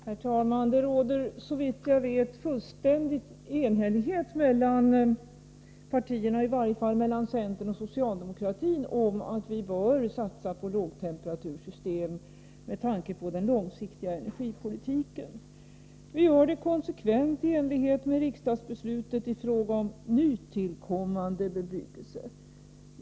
Herr talman! Det råder såvitt jag vet fullständig enighet mellan partierna — i varje fall mellan centern och socialdemokratin — om att vi med tanke på den långsiktiga energipolitiken bör satsa på lågtemperatursystem. Vi gör det konsekvent i enlighet med riksdagsbeslutet i fråga om nytillkommande bebyggelse.